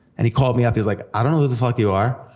and he called me up, he was like, i don't know who the fuck you are,